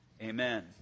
amen